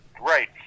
Right